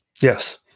Yes